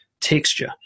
texture